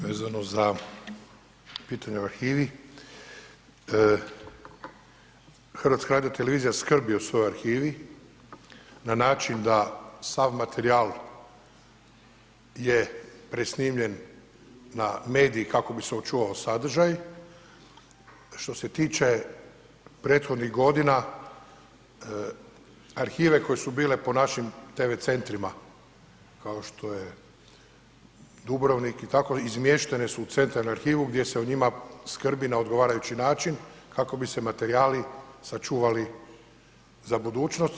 Vezano za pitanje o arhivi, HRT skrbi o svojoj arhivi na način da sav materijal je presnimljen na medij kako bi se očuvao sadržaj, a što se tiče prethodnih godina, arhive koje su bile po našim tv centrima kao što je Dubrovnik i tako, izmještene su u centralnu arhivu gdje se o njima skrbi na odgovarajući način kako bi se materijali sačuvali za budućnost.